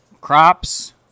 crops